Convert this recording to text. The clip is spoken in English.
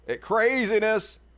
craziness